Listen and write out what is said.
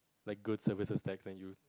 like good services tax and you